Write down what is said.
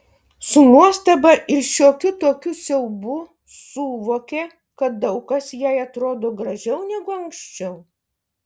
su nuostaba ir šiokiu tokiu siaubu suvokė kad daug kas jai atrodo gražiau negu anksčiau